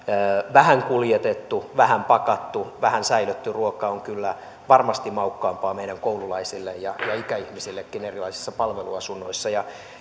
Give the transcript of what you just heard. vähän kuljetettu vähän pakattu vähän säilötty ruoka on kyllä varmasti maukkaampaa meidän koululaisille ja ikäihmisillekin erilaisissa palveluasunnoissa